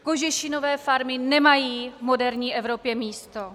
Kožešinové farmy nemají v moderní Evropě místo.